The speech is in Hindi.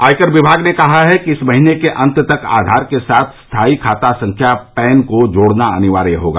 आयकर विभाग ने कहा है कि इस महीने के अंत तक आधार के साथ स्थाई खाता संख्या पैन को जोड़ना अनिवार्य होगा